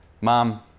Mom